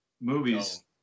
movies